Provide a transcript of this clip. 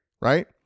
right